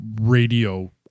radio